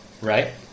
right